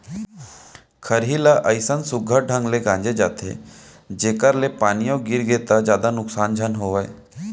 खरही ल अइसन सुग्घर ढंग ले गांजे जाथे जेकर ले पानियो गिरगे त जादा नुकसान झन होवय